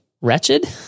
wretched